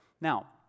Now